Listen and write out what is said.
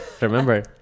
remember